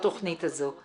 בתכנית הזו.